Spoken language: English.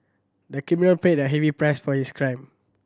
the criminal paid a heavy price for his crime